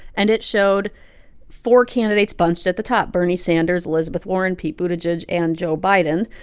and it showed four candidates bunched at the top bernie sanders, elizabeth warren, pete buttigieg and joe biden.